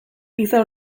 giza